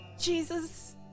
Jesus